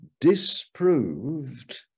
disproved